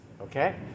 Okay